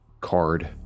card